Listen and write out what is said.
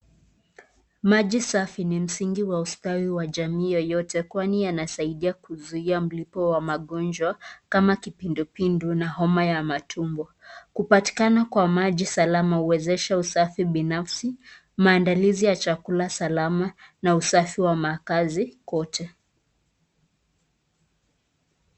Maji safi ni msingi wa ustawi wa jamii yoyote kwani yanasaidia kuzuia mlipo wa magonjwa kama kupindupindu na homa ya matumbo. Kupatikana kwa maji salama huwezesha usafi binafsi, maandalizi ya chakula salama na usafi wa makaazi kote.